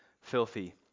filthy